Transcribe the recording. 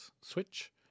Switch